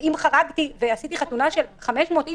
כלומר אם חרגתי ועשיתי חתונה של 500 אנשים